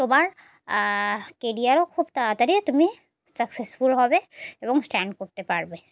তোমার কেরিয়ারও খুব তাড়াতাড়ি তুমি সাকসেসফুল হবে এবং স্ট্যান্ড করতে পারবে